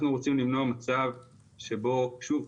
אנחנו רוצים למנוע מצב שבו שוב,